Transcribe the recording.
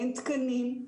אין תקנים,